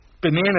banana